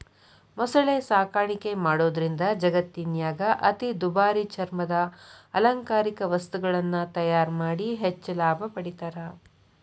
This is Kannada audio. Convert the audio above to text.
ಮೊಸಳೆ ಸಾಕಾಣಿಕೆ ಮಾಡೋದ್ರಿಂದ ಜಗತ್ತಿನ್ಯಾಗ ಅತಿ ದುಬಾರಿ ಚರ್ಮದ ಅಲಂಕಾರಿಕ ವಸ್ತುಗಳನ್ನ ತಯಾರ್ ಮಾಡಿ ಹೆಚ್ಚ್ ಲಾಭ ಪಡಿತಾರ